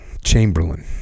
Chamberlain